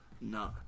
No